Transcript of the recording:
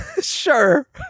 sure